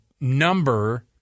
number –